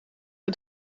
uit